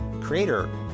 creator